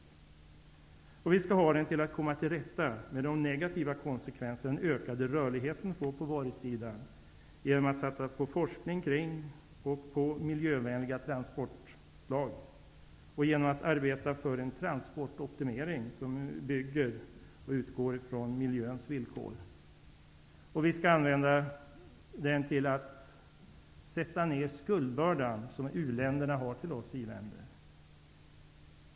Vi skall även använda tillväxten till att komma till rätta med de negativa konsekvenserna, exempelvis den ökade rörligheten på varusidan, genom att satsa på ökad forskning kring miljövänliga transportslag och genom att arbeta för en transportoptimering utifrån miljöns villkor. Vi skall även använda den ökade tillväxten till att sänka den skuldbörda som u-länderna har till oss iländer.